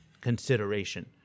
consideration